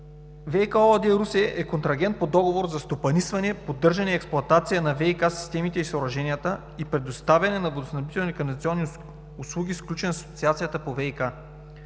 „ВиК“ ООД – Русе, е контрагент по договор за стопанисване, поддържане и експлоатация на ВиК системите и съоръженията и предоставяне на водоснабдителни и канализационни услуги, сключени с Асоциацията по ВиК.